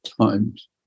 times